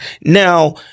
Now